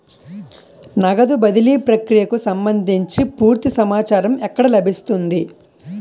నగదు బదిలీ ప్రక్రియకు సంభందించి పూర్తి సమాచారం ఎక్కడ లభిస్తుంది?